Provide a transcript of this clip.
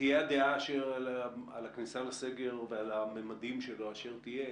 תהיה הדעה על הכניסה לסגר ועל הממדים שלו אשר תהיה,